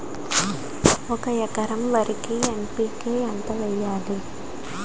ఒక ఎకర వరికి ఎన్.పి.కే ఎంత వేయాలి?